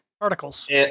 Particles